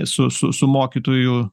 su su su mokytojų